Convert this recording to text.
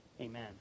amen